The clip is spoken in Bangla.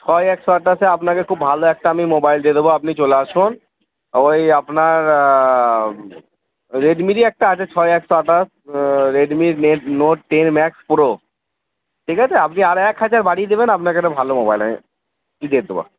ছয় একশো আঠাশে আপনাকে খুব ভালো একটা আমি মোবাইল দিয়ে দেব আপনি চলে আসুন ওই আপনার রেডমিরই একটা আছে ছয় একশো আঠাশ Redmi net note ten max pro ঠিক আছে আপনি আর এক হাজার বাড়িয়ে দেবেন আপনাকে একটা ভালো মোবাইল দেব